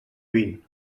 vint